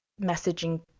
messaging